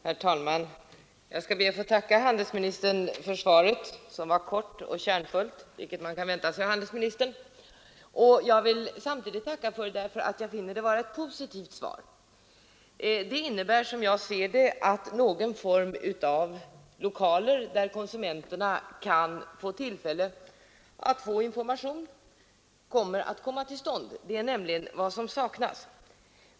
Herr talman! Jag ber att få tacka handelsministern för svaret, som var kort och kärnfullt — vilket man ju kunde vänta sig av handelsministern. Jag tackar också för att det som jag tyckte var ett positivt svar. Det innebar nämligen, som jag ser det, att lokaler av något slag kommer att tillskapas där konsumenterna kan erhålla information. Sådana lokaler saknas helt för närvarande.